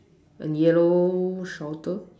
and yellow shelter